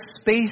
space